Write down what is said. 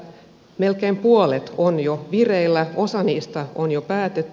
niistä melkein puolet on jo vireillä osa niistä on jo päätetty